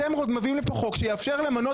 אתם מביאים לכאן חוק שיאפשר למנות